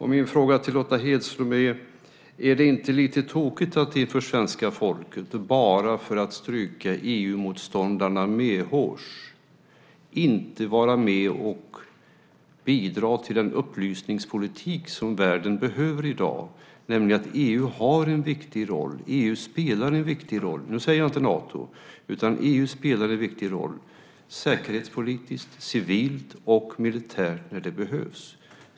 Min fråga till Lotta Hedström är: Är det inte lite tokigt att inför svenska folket, bara för att stryka EU-motståndarna medhårs, inte vara med och bidra till en upplysningspolitik som världen behöver i dag, nämligen att EU har en viktig roll och spelar en viktig roll? Jag säger inte Nato, utan EU spelar en viktig roll säkerhetspolitiskt, civilt och militärt när det behövs.